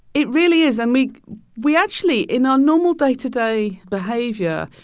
it really is. and we we actually in our normal day-to-day behavior,